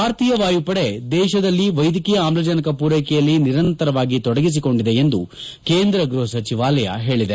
ಭಾರತೀಯ ವಾಯುಪಡೆ ದೇಶದಲ್ಲಿ ವೈದ್ಯಕೀಯ ಆಮ್ಲಜನಕ ಪೂರೈಕೆಯಲ್ಲಿ ನಿರಂತರವಾಗಿ ತೊಡಗಿಸಿಕೊಂಡಿದೆ ಎಂದು ಕೇಂದ್ರ ಗೃಪ ಸಚಿವಾಲಯ ಹೇಳಿದೆ